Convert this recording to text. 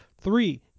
Three